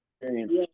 experience